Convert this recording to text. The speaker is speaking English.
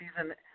season